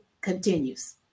continues